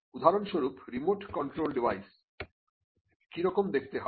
উদাহরণস্বরূপ remote control device কি রকম দেখতে হয়